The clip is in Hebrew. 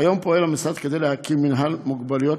כיום פועל המשרד כדי להקים מינהל מוגבלויות